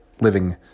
living